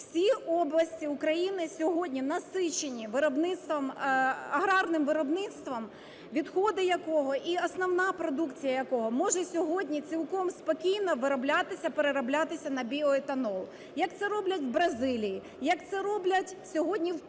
Всі області України сьогодні насичені аграрним виробництвом, відходи якого і основна продукція якого може сьогодні цілком спокійно вироблятися, перероблятися на біоетанол, як це роблять в Бразилії, як це роблять сьогодні в Польщі,